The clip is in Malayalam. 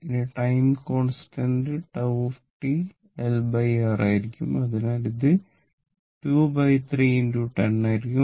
ഇനി ടൈം കോൺസ്റ്റന്റ് τ LR ആയിരിക്കും അതിനാൽ ഇത് 23 10 ആയിരിക്കും